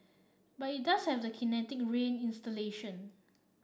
but it does have the Kinetic Rain installation